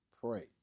pray